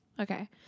Okay